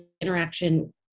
interaction